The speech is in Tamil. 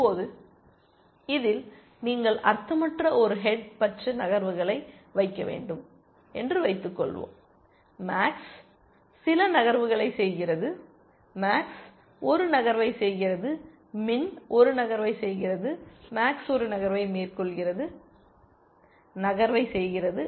இப்போது இதில் நீங்கள் அர்த்தமற்ற ஒரு ஹெட் பட்ச நகர்வுகளை வைக்க வேண்டும் என்று வைத்துக் கொள்வோம் மேக்ஸ் சில நகர்வுகளை செய்கிறது மேக்ஸ் ஒரு நகர்வைச் செய்கிறது மின் ஒரு நகர்வை செய்கிறது மேக்ஸ் ஒரு நகர்வை மேற்கொள்கிறது நகர்வை செய்கிறது